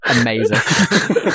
amazing